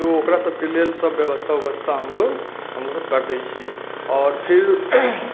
तऽ ओकरा सबके लेल सब व्यवस्था हमलोग हमरा सब कर दै छियै आओर फिर